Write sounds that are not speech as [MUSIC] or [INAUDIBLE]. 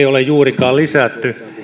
[UNINTELLIGIBLE] ole juurikaan lisätty